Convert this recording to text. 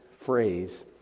phrase